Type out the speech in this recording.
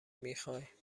میخوای